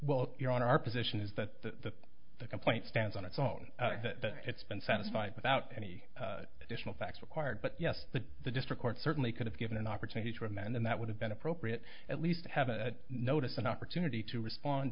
well your honor our position is that the the complaint stands on its own it's been satisfied without any additional facts required but yes the the district court certainly could have given an opportunity to amend then that would have been appropriate at least have a notice an opportunity to respond